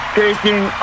taking